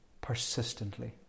persistently